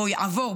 או יעבור,